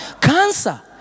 Cancer